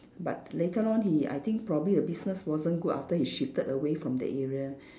but later on he I think probably the business wasn't good after he shifted away from the area